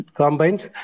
combines